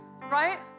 right